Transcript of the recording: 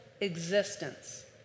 existence